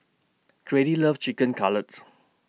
Grady loves Chicken Cutlet